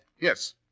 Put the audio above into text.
Yes